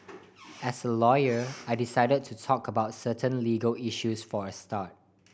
as a lawyer I decide to talk about certain legal issues for a start